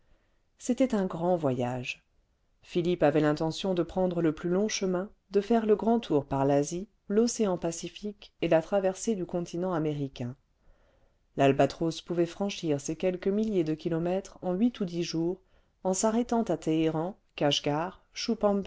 c'était un grand voyage philippe avait l'intention de prendre le plus long chemin de faire le grand tour par l'asie l'océan pacifique et la traversée du continent américain u albatros pouvait franchir ces quelques milliers de kilomètres en huit ou dix jours en s'arrêtant à téhéran